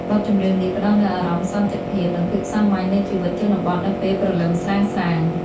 បទចម្រៀងនេះផ្ដល់នូវអារម្មណ៍សន្តិភាព និងភាពសាមញ្ញនៃជីវិតជនបទនៅពេលព្រលឹមស្រាងៗ។